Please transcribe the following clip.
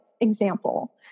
example